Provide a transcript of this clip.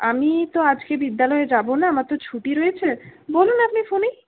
আমি তো আজকে বিদ্যালয়ে যাব না আমার তো ছুটি রয়েছে বলুন আপনি ফোনেই